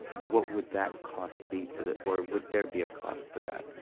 what would that cost be to the or would there be a cost for that?